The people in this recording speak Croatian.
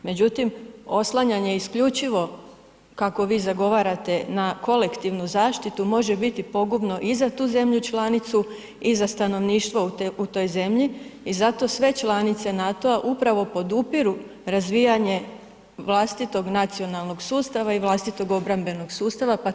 Međutim, oslanjanje isključivo, kako vi zagovarate na kolektivnu zaštitu, može biti pogubno i za tu zemlju članicu i za stanovništvo u toj zemlji i zato sve članice NATO-a upravo podupiru razvijanje vlastitog nacionalnog sustava i vlastitog obrambenog sustava, pa tako i RH.